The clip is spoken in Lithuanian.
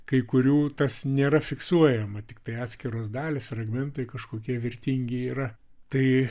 kai kurių tas nėra fiksuojama tiktai atskiros dalys fragmentai kažkokie vertingi yra tai